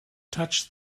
touch